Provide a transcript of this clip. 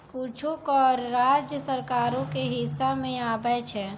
कुछो कर राज्य सरकारो के हिस्सा मे आबै छै